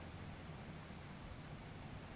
গবেষলা ক্যরার জ্যনহে যে ছব টাকা দেয়